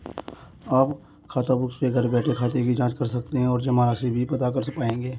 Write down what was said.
आप खाताबुक से घर बैठे खाते की जांच कर सकते हैं और जमा राशि भी पता कर पाएंगे